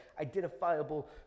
identifiable